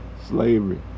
Slavery